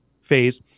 phase